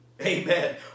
Amen